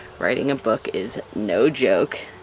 writing a book is no joke.